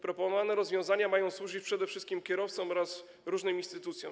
Proponowane rozwiązania mają służyć przede wszystkim kierowcom oraz różnym instytucjom.